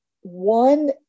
One